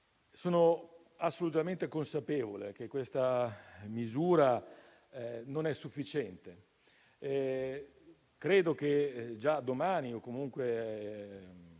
Sono assolutamente consapevole che questa misura non è sufficiente. Credo che già domani, o comunque